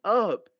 up